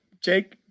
Jake